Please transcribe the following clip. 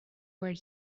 where